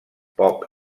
pop